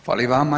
Hvala i vama.